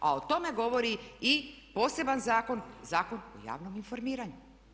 A o tome govori i poseban zakon, Zakon o javnom informiranju.